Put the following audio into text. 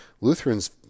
Lutherans